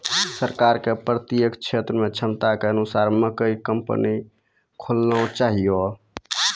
सरकार के प्रत्येक क्षेत्र मे क्षमता के अनुसार मकई कंपनी खोलना चाहिए?